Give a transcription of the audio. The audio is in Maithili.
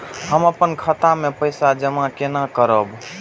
हम अपन खाता मे पैसा जमा केना करब?